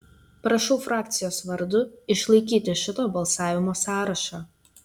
prašau frakcijos vardu išlaikyti šito balsavimo sąrašą